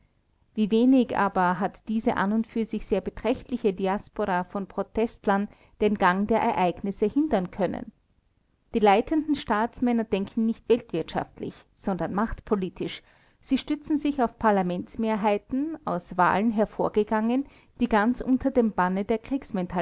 wie wenig aber hat diese an und für sich sehr beträchtliche diaspora von protestlern den gang der ereignisse hindern können die leitenden staatsmänner denken nicht weltwirtschaftlich sondern machtpolitisch sie stützen sich auf parlamentsmehrheiten aus wahlen hervorgegangen die ganz unter dem banne der